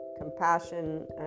compassion